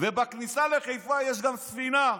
ובכניסה לחיפה יש גם ספינה,